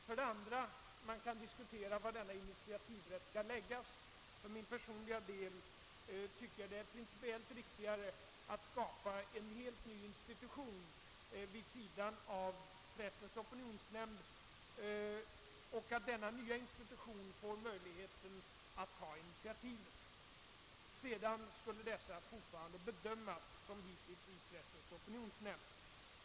För det andra kan man diskutera var denna initiativrätt skall läggas. För min personliga del tycker jag att det är principiellt riktigare att skapa en helt ny institution vid sidan av Pressens opinionsnämnd och att denna nya institution får möjlighet att ta initiativ. Sedan skulle dessa initiativ fortfarande som hittills bedömas i Pressens opinionsnämnd.